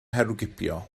herwgipio